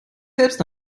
selbst